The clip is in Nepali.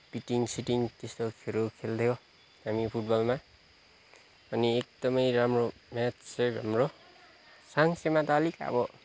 बिटिङ सिटिङ त्यस्तोहरू खेल्थ्यो हामी फुटबलमा अनि एकदमै राम्रो म्याच चाहिँ हाम्रो साङ्चेमा त अलिक अब